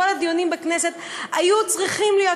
כל הדיונים בכנסת היו צריכים להיות,